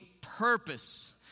purpose